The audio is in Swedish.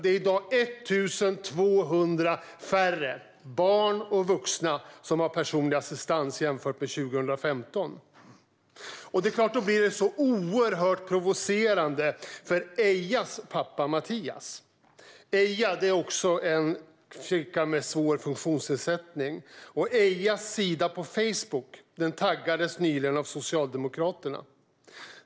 Det är i dag 1 200 färre barn och vuxna som har personlig assistans jämfört med 2015. Då blir det oerhört provocerande för Eijas pappa Mattias. Eija är också en flicka med svår funktionsnedsättning. Hennes sida på Facebook taggades nyligen av Socialdemokraterna.